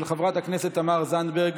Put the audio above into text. של חברת הכנסת תמר זנדברג,